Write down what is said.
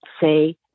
say